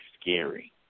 scary